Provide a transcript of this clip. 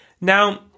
Now